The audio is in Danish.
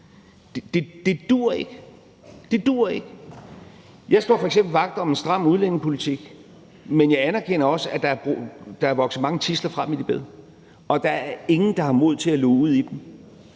Det duer ikke. Jeg står f.eks. vagt om en stram udlændingepolitik. Men jeg anerkender også, at der er vokset mange tidsler frem i det bed, og der er ingen, der har mod til at luge ud i dem.